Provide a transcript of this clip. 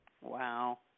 Wow